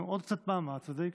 נו, עוד קצת מאמץ וזה יקרה.